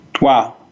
Wow